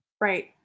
Right